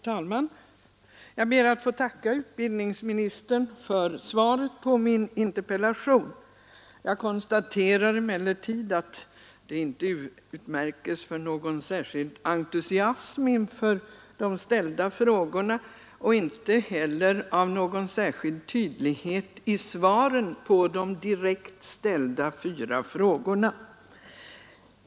Fru talman! Jag ber att få tacka utbildningsministern för svaret på min interpellation. Jag konstaterar emellertid att det inte utmärks av någon särskild entusiasm inför de ställda frågorna och inte heller av någon särskild tydlighet i svaren på de direkt ställda fyra frågorna.